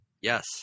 Yes